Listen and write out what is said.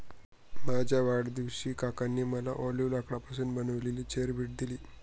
माझ्या वाढदिवशी काकांनी मला ऑलिव्ह लाकडापासून बनविलेली चेअर भेट दिली